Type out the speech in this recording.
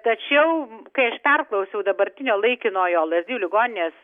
tačiau kai aš perklausiau dabartinio laikinojo lazdijų ligoninės